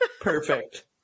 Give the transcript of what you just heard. Perfect